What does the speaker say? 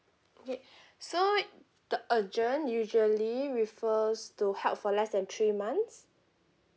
yeah so the urgent usually refers to help for less than three months